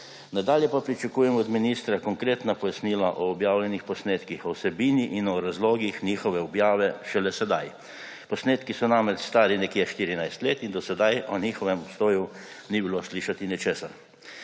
Nadalje pa pričakujem od ministra konkretna pojasnila o objavljenih posnetkih, o vsebini in o razlogih njihove objave šele sedaj. Posnetki so namreč stari nekje 14 let in do sedaj o njihovem obstoju ni bilo slišati ničesar.